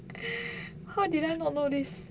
how did I not know this